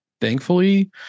thankfully